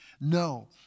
No